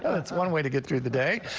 that's one way to get through the day,